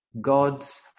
God's